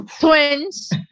twins